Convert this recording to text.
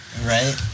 Right